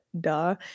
Duh